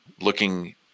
Looking